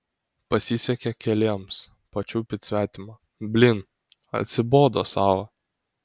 pasisekė keliems pačiupyt svetimą blyn atsibodo sava